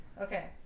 Okay